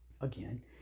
Again